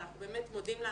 ואנחנו באמת מודים לה,